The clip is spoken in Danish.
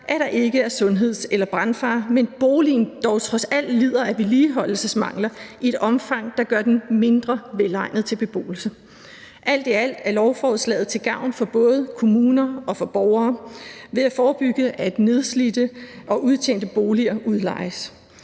at der ikke er sundheds- eller brandfare, men boligen dog trods alt lider af vedligeholdelsesmangler i et omfang, der gør den mindre velegnet til beboelse. Alt i alt er lovforslaget til gavn for både kommuner og for borgere ved at forebygge, at nedslidte og udtjente boliger udlejes.